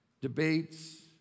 debates